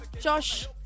Josh